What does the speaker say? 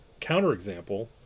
counterexample